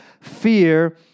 fear